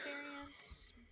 experience